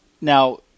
Now